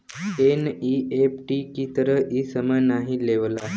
NEFT की तरह इ समय नाहीं लेवला